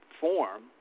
form